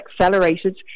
accelerated